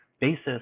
basis